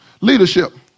leadership